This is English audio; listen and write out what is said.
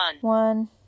one